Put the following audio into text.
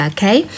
Okay